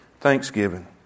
Thanksgiving